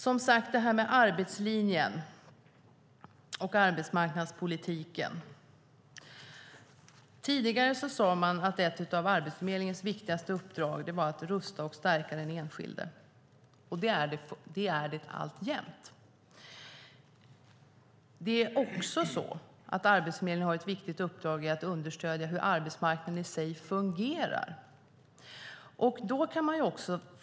När det gäller arbetslinjen och arbetsmarknadspolitiken sade man tidigare att ett av Arbetsförmedlingens viktigaste uppdrag var att rusta och stärka den enskilde. Det är det alltjämt. Det är också så att Arbetsförmedlingen har ett viktigt uppdrag i att understödja hur arbetsmarknaden i sig fungerar.